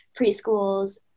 Preschools